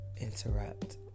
interrupt